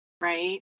right